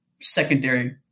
secondary